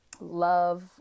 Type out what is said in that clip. Love